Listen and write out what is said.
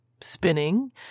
spinning